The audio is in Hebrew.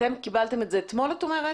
אתם קיבלתם את זה אתמול, את אומרת?